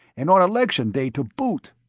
and on election day, to boot.